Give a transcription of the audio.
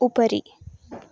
उपरि